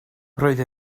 roedd